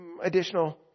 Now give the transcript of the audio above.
additional